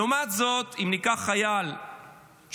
לעומת זאת, אם ניקח חייל שמרוויח